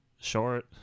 short